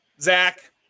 Zach